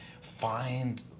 find